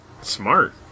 smart